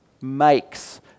makes